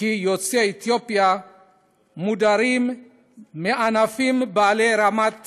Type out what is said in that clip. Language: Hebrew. כי יוצאי אתיופיה מודרים מענפים שבהם רמת